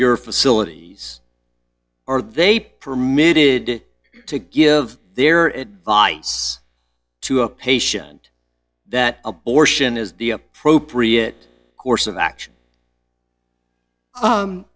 your facilities are they permitted to give their advice to a patient that abortion is the appropriate course of action